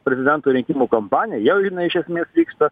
prezidento rinkimų kampanija jau jinai iš esmės vyksta